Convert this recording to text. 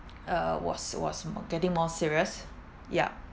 uh was was getting more serious yup